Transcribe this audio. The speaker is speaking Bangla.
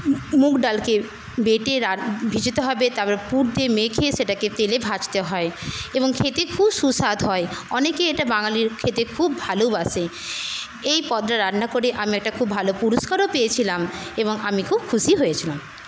মু মুগ ডালকে বেটে রা ভেজাতে হবে তারপরে পুর দিয়ে মেখে সেটাকে তেলে ভাজতে হয় এবং খেতে খুব সুস্বাদ হয় অনেকেই এটা বাঙালির খেতে খুব ভালোওবাসে এই পদটা রান্না করে আমি একটা খুব ভালো পুরস্কারও পেয়েছিলাম এবং আমি খুব খুশি হয়েছিলাম